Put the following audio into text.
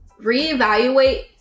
Reevaluate